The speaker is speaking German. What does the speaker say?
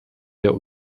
der